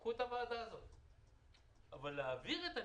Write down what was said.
קחו את הוועדה הזאת, אבל להעביר את הניצולים?